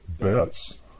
Bets